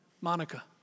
Monica